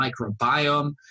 microbiome